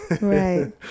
Right